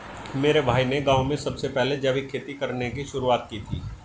मेरे भाई ने गांव में सबसे पहले जैविक खेती करने की शुरुआत की थी